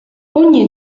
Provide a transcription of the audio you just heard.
ogni